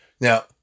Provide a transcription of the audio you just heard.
Now